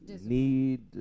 need